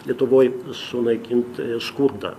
lietuvoj sunaikint škurdą